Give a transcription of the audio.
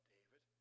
David